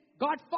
God